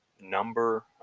number